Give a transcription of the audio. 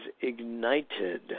ignited